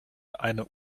eine